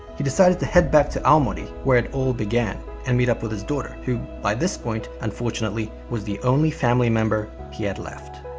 he decided to head back to ah aomori where it all began and meet up with his daughter, who by this point unfortunately was the only family member he had left.